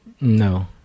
No